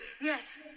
Yes